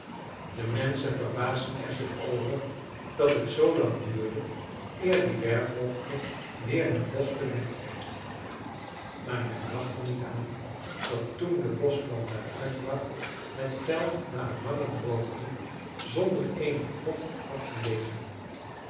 de menschen verbaasden er zich over dat het zoo lang duurde eer die berghoogte weer met bosch bedekt werd maar men dacht er niet aan dat toen de boschbrand daar uitbrak het veld na een lange droogte zonder eenig vocht had gelegen